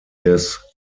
des